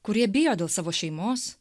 kurie bijo dėl savo šeimos